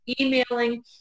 emailing